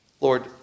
Lord